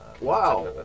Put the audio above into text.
Wow